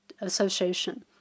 Association